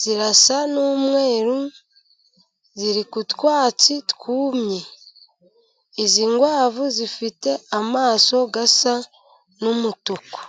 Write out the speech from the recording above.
zirasa n'umweru, ziri ku twatsi twumye. Izi nkwavu zifite amaso asa n'umutuku.